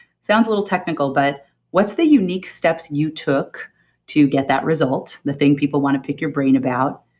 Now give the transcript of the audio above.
sounds a little technical but what's the unique steps you took to get that result? the thing people want to pick your brain about.